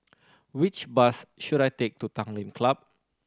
which bus should I take to Tanglin Club